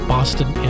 Boston